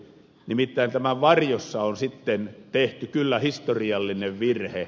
nimittäin tämän varjossa on sitten tehty kyllä historiallinen virhe